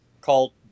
called